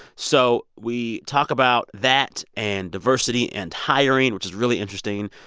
so we talk about that and diversity and hiring, which is really interesting.